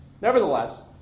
Nevertheless